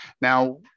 now